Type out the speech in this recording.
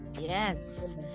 yes